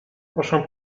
proszę